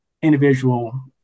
Individual